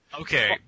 Okay